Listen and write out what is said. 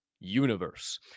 Universe